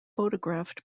photographed